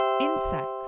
insects